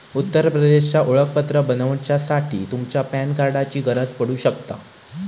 उत्तर प्रदेशचा ओळखपत्र बनवच्यासाठी तुमच्या पॅन कार्डाची गरज पडू शकता